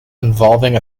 involving